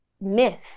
myth